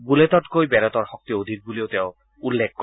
বুলেটতকৈ বেলটৰ শক্তি অধিক বুলিও তেওঁ উল্লেখ কৰে